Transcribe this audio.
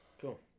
Cool